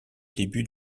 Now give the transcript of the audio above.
début